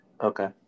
Okay